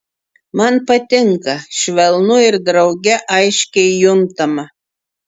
man patinka švelnu ir drauge aiškiai juntama